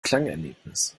klangerlebnis